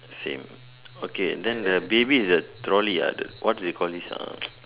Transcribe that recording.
same okay then the baby and the trolley ah what they call this ah